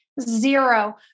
zero